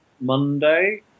Monday